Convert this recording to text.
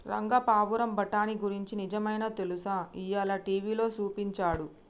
రంగా పావురం బఠానీ గురించి నిజమైనా తెలుసా, ఇయ్యాల టీవీలో సూపించాడు